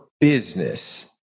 business